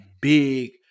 big